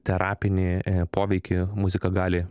terapinį poveikį muzika gali